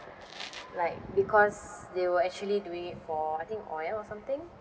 like because they were actually doing it for I think oil or something